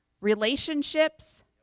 relationships